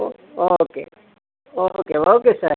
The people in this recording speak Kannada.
oak okay okay okay sir